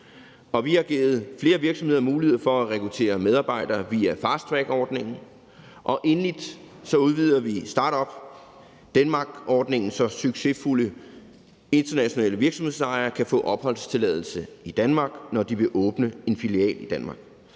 vi har givet flere virksomheder mulighed for at rekruttere medarbejdere via fasttrackordningen, og endelig udvider vi Start-up Denmark-ordningen, så succesfulde internationale virksomhedsejere kan få opholdstilladelse i Danmark, når de vil åbne en filial i Danmark.